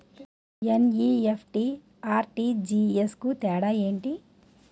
NEFT, RTGS కు తేడా ఏంటి?